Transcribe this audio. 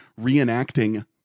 reenacting